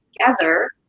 together